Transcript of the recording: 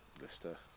lister